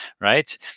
Right